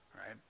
right